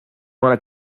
wanna